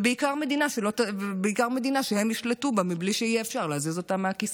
ובעיקר מדינה שהם ישלטו בה בלי שיהיה אפשר להזיז אותם מהכיסא.